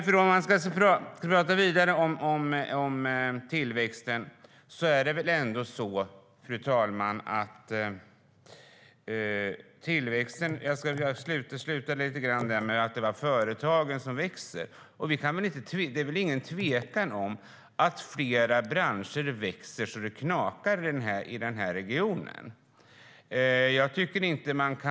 Fru talman! Jag ska tala vidare om tillväxten. Jag slutade med att säga att det är företagen som växer. Det är väl inget tvivel om att flera branscher växer så det knakar i regionen.